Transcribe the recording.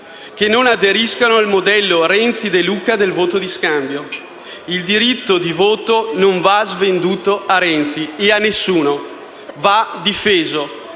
e non aderiscano al modello Renzi-De Luca del voto di scambio. Il diritto di voto non deve essere svenduto a Renzi e a nessuno ma, deve